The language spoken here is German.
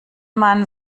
man